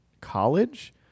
college